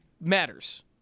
matters